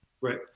Right